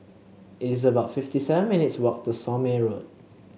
it is about fifty seven minutes' walk to Somme Road